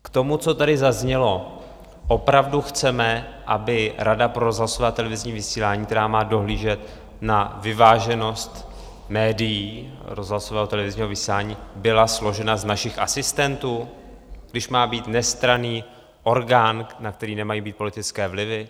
K tomu, co tady zaznělo: opravdu chceme, aby Rada pro rozhlasové a televizní vysílání, která má dohlížet na vyváženost médií rozhlasového a televizního vysílání, byla složena z našich asistentů, když má být nestranný orgán, na který nemají být politické vlivy?